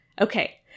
Okay